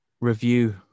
review